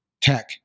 tech